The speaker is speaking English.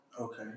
Okay